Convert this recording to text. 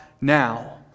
now